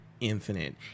Infinite